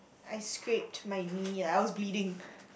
I scraped my knee like I was bleeding